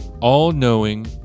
all-knowing